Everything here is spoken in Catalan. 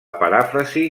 paràfrasi